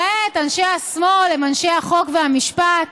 כעת אנשי השמאל הם אנשי החוק והמשפט